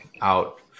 out